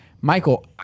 michael